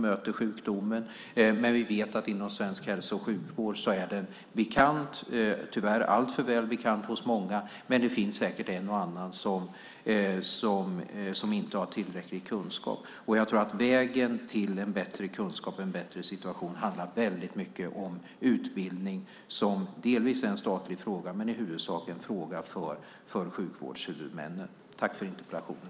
Vi vet att den är bekant inom svensk hälso och sjukvård, tyvärr alltför väl bekant hos många, men det finns säkert en och annan som inte har tillräcklig kunskap. Jag tror att vägen till en bättre kunskap, en bättre situation väldigt mycket handlar om utbildning, som delvis är en statlig fråga men som i huvudsak är en fråga för sjukvårdshuvudmännen.